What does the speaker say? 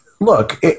look